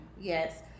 yes